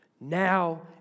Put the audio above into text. now